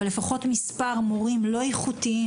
אבל לפחות מספר מורים לא איכותיים,